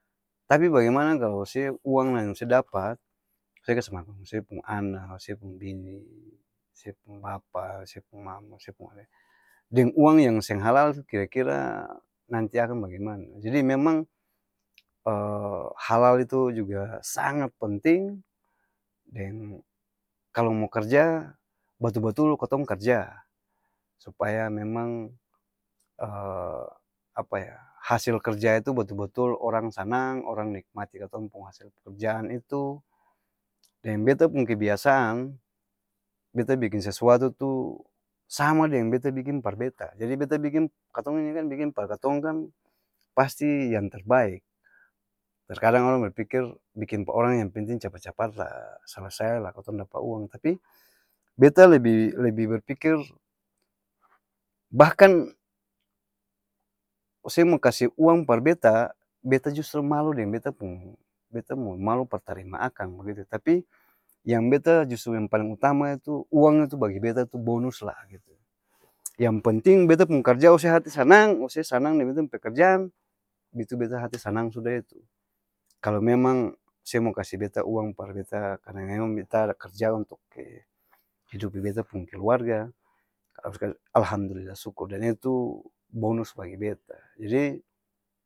Tapi bagemana kalo se uang yang se dapat, se kase makang se pung ana, se pung bini, se pung bapa, se pung mama, se pung ade, deng uang yang seng halal tu kira-kira nanti akang bagemana? Jadi memang, halal itu juga sangaatt penting! Deng kalo mo karja, batul-batul katong karja, supaya memang apa ya? Hasil kerja itu batul-batul orang sanang, orang nikmati katong pung hasil pekerjaan itu, deng beta pung kebiasaan, beta biking sesuatu tu, sama deng beta biking par beta jadi beta biking, katong ini kan par katong kan pasti yang terbaik, terkadang orang berpikir biking par orang yang penting capat-capat laa selesai laa katong dapa uang tapi, beta lebi lebi-berpikir bahkan, ose mo kase uang par beta, beta justru malu deng beta pung beta mo malu par tarima akang bagitu, tapi, yang beta justru yang paleng utama itu uang itu bagi beta tu bonus laah gitu yang penting beta pung karja ose hati sanang, ose sanang deng beta pung pekerjaan, itu beta hati sanang suda itu, kalo memang se mau kase beta uang par beta karna memang beta ada karja untuk'e, hidupi beta pung keluarga alhamdulilah sukur dan itu bonus bagi beta jadi.